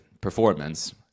performance